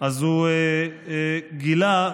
הוא גילה,